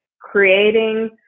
creating